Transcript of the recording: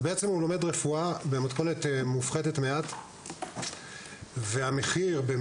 אז בעצם הוא לומד רפואה במתכונת מופחתת מעט והמחיר שהוא